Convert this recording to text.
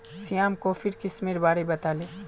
श्याम कॉफीर किस्मेर बारे बताले